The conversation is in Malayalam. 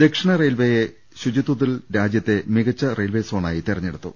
ദക്ഷിണ റെയിൽവേയെ ശുചിത്വത്തിൽ രാജ്യത്തെ മികച്ച റെയിൽവേ സോണായി തെർഞ്ഞെടുത്തു